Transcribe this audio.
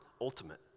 ultimate